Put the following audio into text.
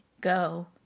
go